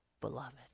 beloved